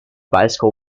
bicycle